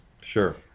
Sure